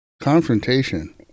Confrontation